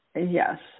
yes